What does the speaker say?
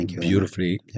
beautifully